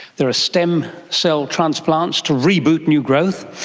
there are stem cell transplants to reboot new growth,